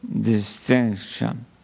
distinction